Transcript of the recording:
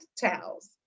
towels